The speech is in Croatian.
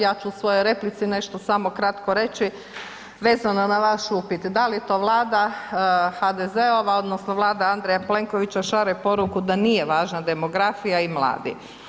Ja ću u svojoj replici nešto samo kratko reći vezano na vaš upit, da li to vlada HDZ-ova odnosno vlada Andreja Plenkovića šalje poruku da nije važna demografija i mladi.